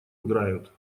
играют